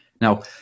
Now